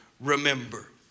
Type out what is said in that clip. remember